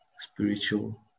spiritual